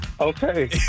Okay